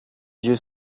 dieu